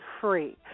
free